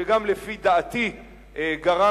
שגם לפי דעתי גרם,